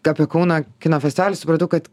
apie kaunp kino festivalį supratau kad